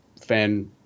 fan